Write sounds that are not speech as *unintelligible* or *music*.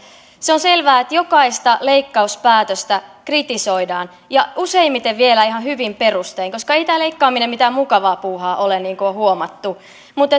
se on selvää että jokaista leikkauspäätöstä kritisoidaan ja useimmiten vielä ihan hyvin perustein koska ei tämä leikkaaminen mitään mukavaa puuhaa ole niin kuin on huomattu mutta *unintelligible*